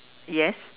yes